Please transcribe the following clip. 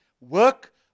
work